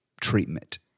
treatment